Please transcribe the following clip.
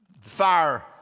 Fire